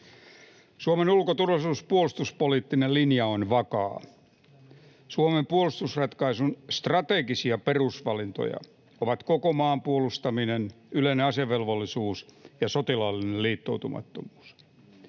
Suomen ulko-, turvallisuus- ja puolustuspoliittinen linja on vakaa. Suomen puolustusratkaisun strategisia perusvalintoja ovat koko maan puolustaminen, yleinen asevelvollisuus ja sotilaallinen liittoutumattomuus.